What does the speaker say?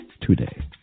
today